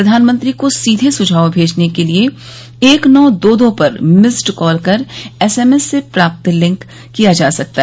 प्रधानमंत्री को सीधे सुज्ञाव भेजने के लिए एक नौ दो दो पर मिस्ड कॉल कर एस एम एस से लिंक प्राप्त किया जा सकता है